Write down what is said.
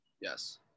Yes